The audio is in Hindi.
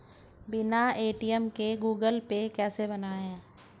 बिना ए.टी.एम के गूगल पे कैसे बनायें?